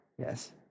Yes